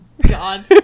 God